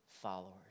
followers